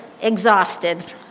exhausted